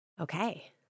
Okay